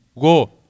go